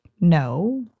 no